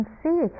see